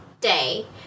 day